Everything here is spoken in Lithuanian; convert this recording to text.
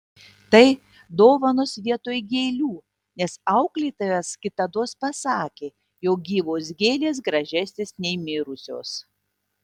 tai dovanos vietoj gėlių nes auklėtojas kitados pasakė jog gyvos gėlės gražesnės nei mirusios